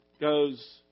goes